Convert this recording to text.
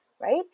right